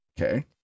Okay